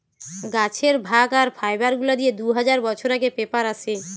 গাছের ভাগ আর ফাইবার গুলা দিয়ে দু হাজার বছর আগে পেপার আসে